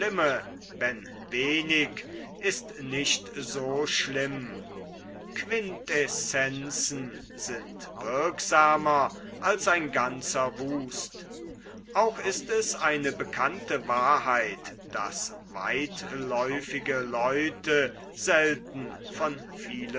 wenig ist nicht so schlimm quintessenzen sind wirksamer als ein ganzer wust auch ist es eine bekannte wahrheit daß weitläufige leute selten von